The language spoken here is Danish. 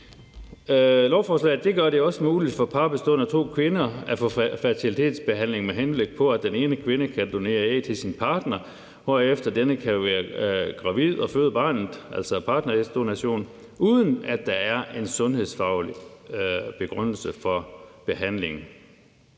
Lovforslaget gør det også muligt for par bestående af to kvinder at få fertilitetsbehandling, med henblik på at den ene kvinde kan donere æg til sin partner, hvorefter denne kan være gravid og føde barnet, altså partnerægdonation, uden at der er en sundhedsfaglig begrundelse for behandlingen.